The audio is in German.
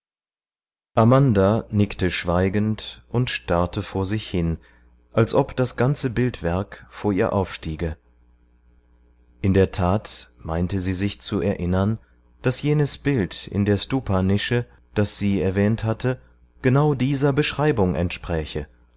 amanda nickte schweigend und starrte vor sich hin als ob das ganze bildwerk vor ihr aufstiege in der tat meinte sie sich zu erinnern daß jenes bild in der stupanische das sie erwähnt hatte genau dieser beschreibung entspräche